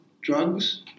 drugs